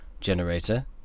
generator